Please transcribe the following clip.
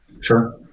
Sure